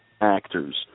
actors